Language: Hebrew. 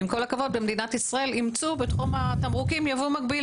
ובמדינת ישראל אימצו בתחום התמרוקים ייבוא מגביל.